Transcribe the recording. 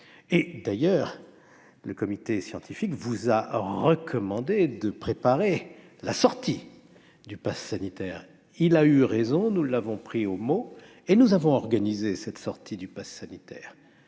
D'ailleurs, le comité scientifique vous a recommandé de préparer la sortie de ce dispositif. Il a raison : nous l'avons pris au mot et nous avons organisé cette sortie. Je suis